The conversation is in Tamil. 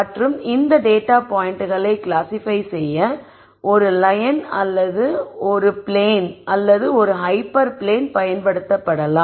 மற்றும் இந்த டேட்டா பாய்ண்டைகளை கிளாசிபை செய்ய ஒரு லயன் வரி அல்லது பிளேன் அல்லது ஹைப்பர் பிளேன் பயன்படுத்தப்படலாம்